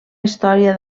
història